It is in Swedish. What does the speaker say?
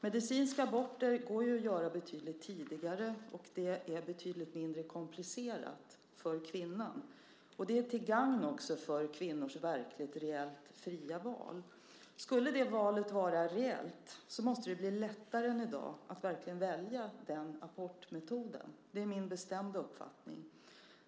Medicinska aborter går att göra betydligt tidigare och är betydligt mindre komplicerade för kvinnan. Det är också till gagn för kvinnors verkligt fria val. Om det valet ska vara reellt måste det bli lättare än i dag att verkligen välja den abortmetoden. Det är min bestämda uppfattning.